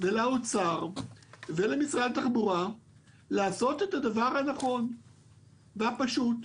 לאוצר ולמשרד התחבורה לעשות את הדבר הנכון והפשוט.